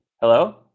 hello